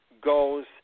goes